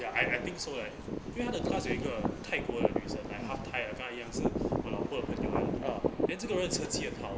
ya ya I think so right 因为他的 class 有一个泰国人的女生 half thai ah 刚一样是我老婆的朋友 eh then 这个人成绩很好